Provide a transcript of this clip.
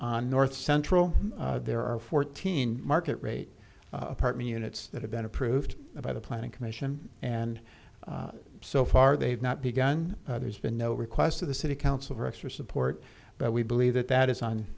north central there are fourteen market rate apartment units that have been approved by the planning commission and so far they've not begun there's been no request to the city council for extra support but we believe that that is on